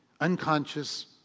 unconscious